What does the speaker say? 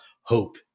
hope